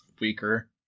weaker